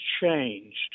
changed